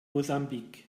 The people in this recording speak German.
mosambik